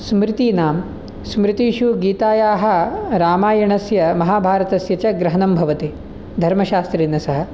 स्मृतिनां स्मृतिषु गीतायाः रामायणस्य महाभारतस्य च ग्रहणं भवति धर्मशास्त्रेण सह